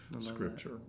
scripture